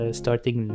starting